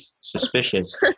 suspicious